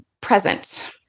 present